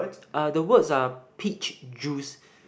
uh the words are peach juice